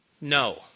No